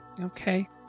Okay